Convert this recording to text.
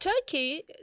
Turkey